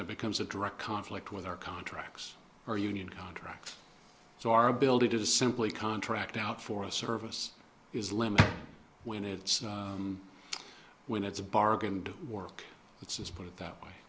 of becomes a direct conflict with our contracts or union contracts so our ability to simply contract out for a service is limited when it's when it's a bargain and work let's just put it that way